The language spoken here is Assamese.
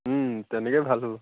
তেনেকেই ভাল হ'ব